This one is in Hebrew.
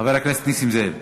חבר הכנסת נסים זאב,